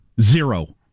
Zero